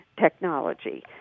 technology